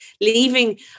leaving